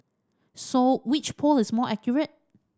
so which poll is more accurate